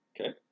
Okay